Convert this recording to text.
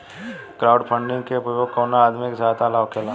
crowdfunding के उपयोग कवनो आदमी के सहायता ला होखेला